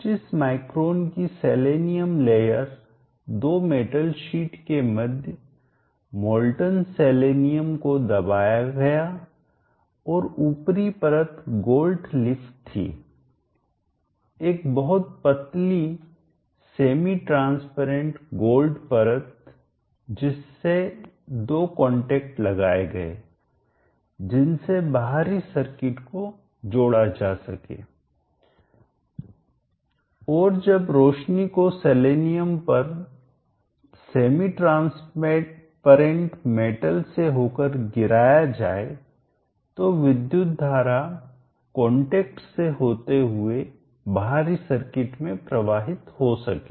25 micron कि selenium layer परत दो मेटल शीट के मध्य मॉल्टन पिघला हुआ सेलेनियम को दबाया गया और ऊपरी परत गोल्ड लीफ पत्ते जैसा परत थीएक बहुत पतली सेमी ट्रांसपेरेंट अर्ध पारदर्शी गोल्ड परत जिससे दो कांटेक्ट लगाए गए जिनसे बाहरी सर्किट को जोड़ा जा सके और जब रोशनी को सेलेनियम पर सेमी ट्रांसपेरेंट मेटल से होकर गिराया जाए तो विद्युत धारा कॉन्टेक्ट्स से होते हुए बाहरी सर्किट में प्रवाहित हो सके